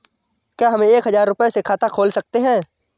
क्या हम एक हजार रुपये से खाता खोल सकते हैं?